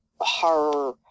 horror